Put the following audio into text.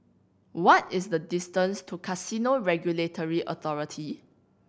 what is the distance to Casino Regulatory Authority